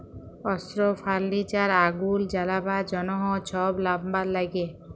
অস্ত্র, ফার্লিচার, আগুল জ্বালাবার জ্যনহ ছব লাম্বার ল্যাগে